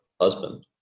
husband